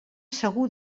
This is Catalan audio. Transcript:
segur